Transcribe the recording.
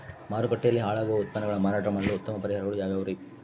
ಮಾರುಕಟ್ಟೆಯಲ್ಲಿ ಹಾಳಾಗುವ ಉತ್ಪನ್ನಗಳನ್ನ ಮಾರಾಟ ಮಾಡಲು ಉತ್ತಮ ಪರಿಹಾರಗಳು ಯಾವ್ಯಾವುರಿ?